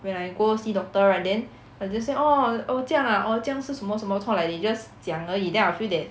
when I go see doctor right then like just say oh 这样啊 oh 这样是什么什么痛 like they just 这样而已 then I'll feel that